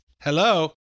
Hello